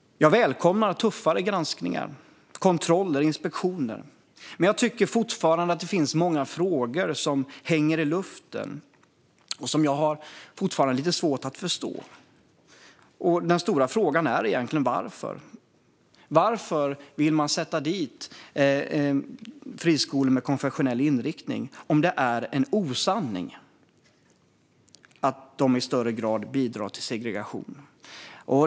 Jag välkomnar tuffare granskningar, kontroller och inspektioner. Men jag tycker fortfarande att det finns många frågor som hänger i luften och som jag har lite svårt att förstå. Den stora frågan är egentligen varför. Varför vill man sätta dit friskolor med konfessionell inriktning om det är en osanning att de i högre grad bidrar till segregation?